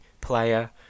player